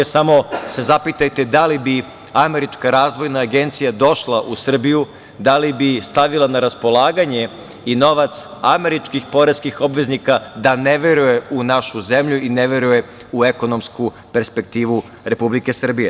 Samo se zapitajte da li bi Američka razvojna agencija došla u Srbiju, da li bi stavila na raspolaganje i novac američkih poreskih obveznika da ne veruje u našu zemlju i ne veruje u ekonomsku perspektivu Republike Srbije.